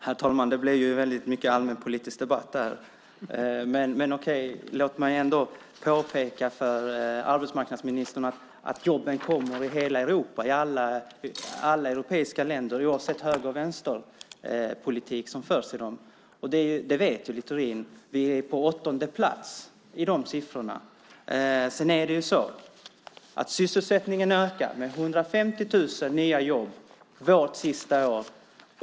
Herr talman! Det blev väldigt mycket av allmänpolitisk debatt här, men okej. Låt mig ändå få påpeka, arbetsmarknadsministern, att jobben kommer i hela Europa, i alla europeiska länder oavsett om det är höger eller vänsterpolitik som förs i dem. Det vet Littorin. Sverige ligger på åttonde plats när det gäller de siffrorna. Sysselsättningen ökade med 150 000 nya jobb under vårt sista år.